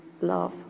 love